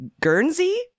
Guernsey